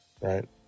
right